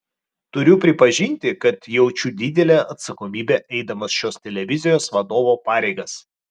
turiu pripažinti kad jaučiu didelę atsakomybę eidamas šios televizijos vadovo pareigas